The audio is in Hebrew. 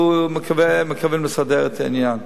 אנחנו מקווים לסדר את העניין.